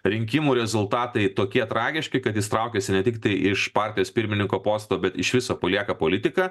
rinkimų rezultatai tokie tragiški kad jis traukiasi ne tiktai iš partijos pirmininko posto bet iš viso palieka politiką